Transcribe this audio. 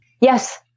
yes